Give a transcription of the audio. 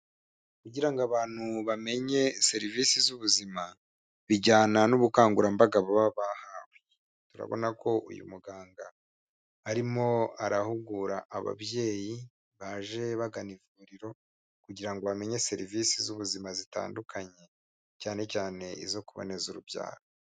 Kugira ngo abantu bamenye serivisi z'ubuzima bijyana n'ubukangurambaga baba bahawe. Turabona ko uyu muganga arimo arahugura ababyeyi baje bagana ivuriro kugira ngo bamenye serivisi z'ubuzima zitandukanye, cyane cyane izo kuboneza urubyaro.